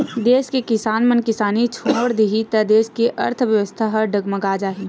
देस के किसान मन किसानी छोड़ देही त देस के अर्थबेवस्था ह डगमगा जाही